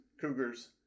Cougars